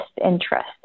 interest